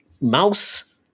mouse